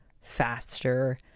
faster